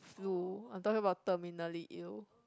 flu I'm talking about terminally ill